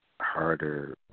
harder